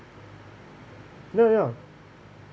ya ya ya